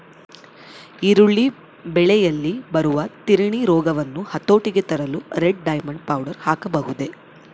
ಈರುಳ್ಳಿ ಬೆಳೆಯಲ್ಲಿ ಬರುವ ತಿರಣಿ ರೋಗವನ್ನು ಹತೋಟಿಗೆ ತರಲು ರೆಡ್ ಡೈಮಂಡ್ ಪೌಡರ್ ಹಾಕಬಹುದೇ?